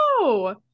no